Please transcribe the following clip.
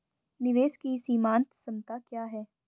निवेश की सीमांत क्षमता क्या है?